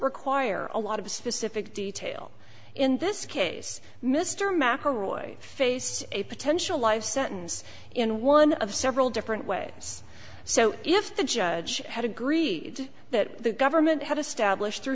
require a lot of specific detail in this case mr mcelroy face a potential life sentence in one of several different ways so if the judge had agreed that the government had established through